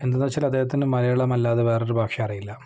എന്തെന്ന് വെച്ചാൽ അദ്ദേഹത്തിന് മലയാളമല്ലാതെ വേറൊരു ഭാഷയും അറിയില്ല